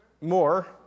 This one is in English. More